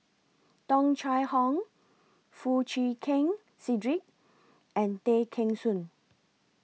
Tung Chye Hong Foo Chee Keng Cedric and Tay Kheng Soon